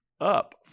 Up